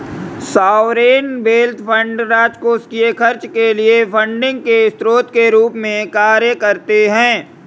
sovereign wealth fund राजकोषीय खर्च के लिए फंडिंग के स्रोत के रूप में कार्य करते हैं